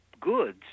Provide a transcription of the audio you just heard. goods